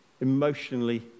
emotionally